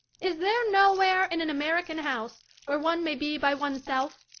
is there nowhere in an american house where one may be by one's self?